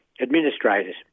administrators